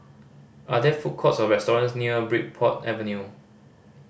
are there food courts or restaurants near Bridport Avenue